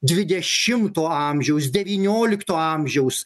dvidešimto amžiaus devyniolikto amžiaus